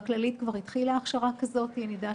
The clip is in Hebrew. בכללית כבר התחילה הכשרה כזאת ואני יודעת